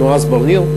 נועז בר-ניר,